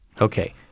Okay